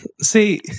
See